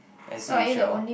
as usual